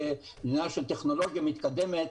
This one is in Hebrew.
כמדינה של טכנולוגיה מתקדמת